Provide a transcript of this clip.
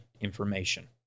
information